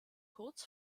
kurz